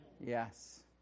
Yes